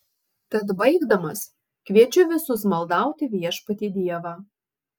tad baigdamas kviečiu visus maldauti viešpatį dievą